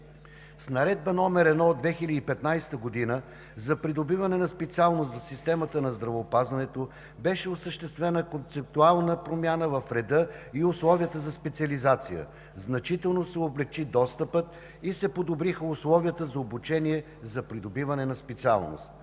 С Наредба № 1 от 2015 г. за придобиване на специалност за системата на здравеопазването беше осъществена концептуална промяна в реда и условията за специализация. Значително се облекчи достъпът и се подобриха условията за обучение за придобиване на специалност.